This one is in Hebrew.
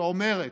שאומרת: